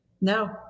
No